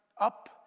up